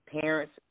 parents